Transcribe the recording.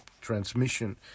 transmission